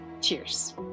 Cheers